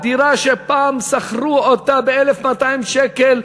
שפעם שכרו אותה ב-1,200 שקל,